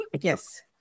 Yes